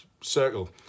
circle